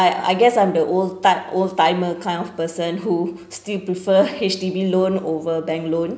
I guess I'm the old type old timer kind of person who still prefer H_D_B loan over bank loan